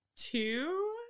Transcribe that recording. Two